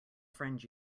friend